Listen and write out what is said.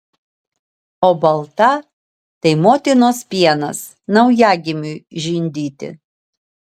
o balta tai motinos pienas naujagimiui žindyti